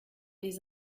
les